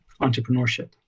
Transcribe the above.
entrepreneurship